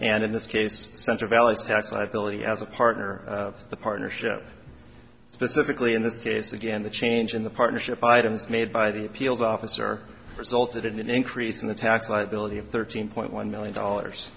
and in this case such a valid tax liability as a partner of the partnership specifically in this case again the change in the partnership item made by the appeals officer resulted in an increase in the tax liability of thirteen point one million dollars